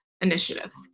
initiatives